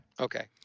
Okay